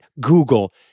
Google